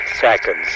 seconds